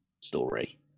story